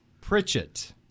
Pritchett